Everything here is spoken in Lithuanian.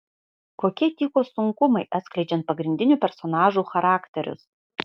kokie tyko sunkumai atskleidžiant pagrindinių personažų charakterius